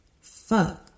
Fuck